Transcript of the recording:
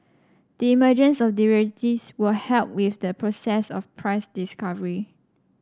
the emergence of derivatives will help with the process of price discovery